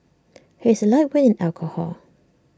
he is A lightweight in alcohol